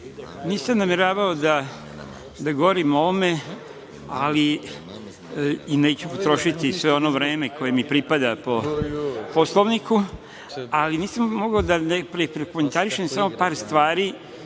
nameravao da govorim o ovome, i neću potrošiti sve ono vreme koje mi pripada po Poslovniku, ali nisam mogao, a da ne prokomentarišem samo par stvari